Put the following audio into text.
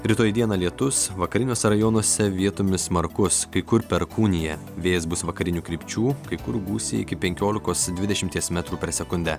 rytoj dieną lietus vakariniuose rajonuose vietomis smarkus kai kur perkūnija vėjas bus vakarinių krypčių kai kur gūsiai iki penkiolikos dvidešimties metrų per sekundę